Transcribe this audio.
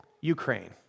Ukraine